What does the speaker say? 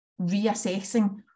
reassessing